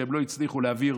שהם לא הצליחו להעביר